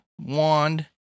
wand